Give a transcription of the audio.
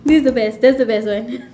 this is the best that's the best one